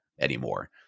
anymore